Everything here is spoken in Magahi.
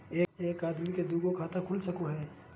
एक आदमी के दू गो खाता खुल सको है?